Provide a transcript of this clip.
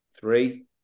Three